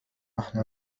نحن